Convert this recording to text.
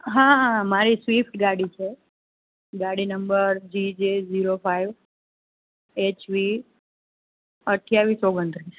હા હા મારી સ્વિફ્ટ ગાડી છે ગાડી number G J zero five H V અઠ્ઠાવીસ ઓગણત્રીસ